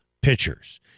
Pitchers